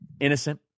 innocent